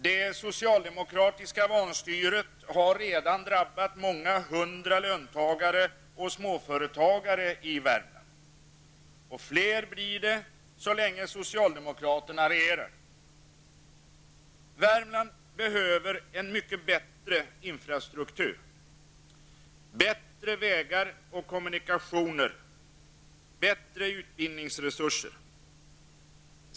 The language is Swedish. Det socialdemokratiska vanstyret har redan drabbat många hundra löntagare och småföretagare i Värmland, och fler blir det så länge socialdemokraterna regerar. Värmland behöver en mycket bättre infrastruktur, bättre vägar och kommunikationer samt bättre utbildningsresurser.